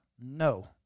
no